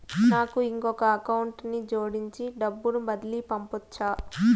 నాకు ఇంకొక అకౌంట్ ని జోడించి డబ్బును బదిలీ పంపొచ్చా?